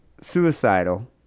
suicidal